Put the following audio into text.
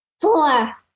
Four